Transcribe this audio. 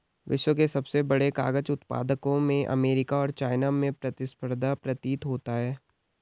विश्व के सबसे बड़े कागज उत्पादकों में अमेरिका और चाइना में प्रतिस्पर्धा प्रतीत होता है